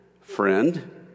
friend